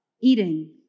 eating